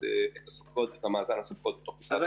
באמת את מאזן הסמכויות בתוך משרד האוצר.